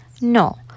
No